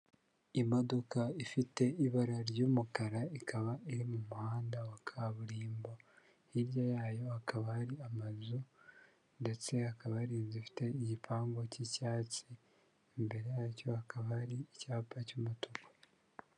Imodoka ifite ibara ry'umukara, ikaba iri mu muhanda wa kaburimbo. Hirya yayo akaba ari amazu ndetse hakaba hari inzu ifite igipangu cy'icyatsi, imbere yacyo hakaba hari icyapa cy'umutuku.